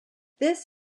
this